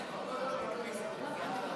כעיקרון,